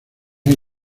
hay